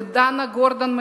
לדנה גורדון,